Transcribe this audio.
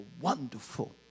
wonderful